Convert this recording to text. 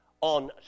on